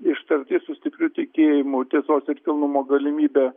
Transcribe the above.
ištarti su stipriu tikėjimu tiesos ir kilnumo galimybe